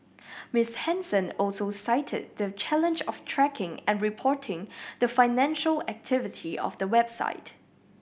Miss Henson also cited the challenge of tracking and reporting the financial activity of the website